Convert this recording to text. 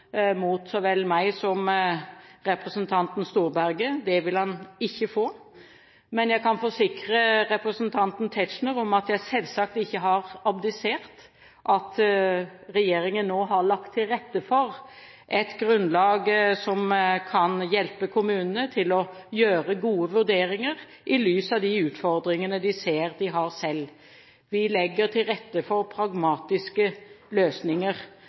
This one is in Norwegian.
mot meg så vel som mot representanten Storberget. Det vil han ikke få. Men jeg kan forsikre representanten Tetzschner om at jeg selvsagt ikke har abdisert. Regjeringen har nå lagt til rette for et grunnlag som kan hjelpe kommunene til å gjøre gode vurderinger i lys av de utfordringene de ser de har selv. Vi legger til rette for pragmatiske løsninger.